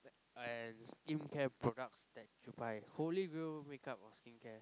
and skincare products that you buy holy grail makeup or skincare